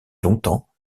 longtemps